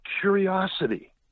curiosity